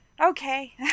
Okay